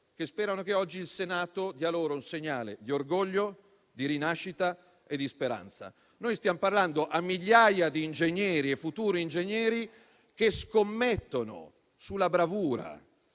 che sperano che oggi il Senato dia loro un segnale di orgoglio, di rinascita e di speranza. Noi stiamo parlando a migliaia di ingegneri e futuri ingegneri che scommettono sulla bravura,